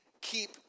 keep